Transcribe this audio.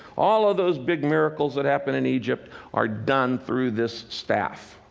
all of those big miracles that happen in egypt are done through this staff.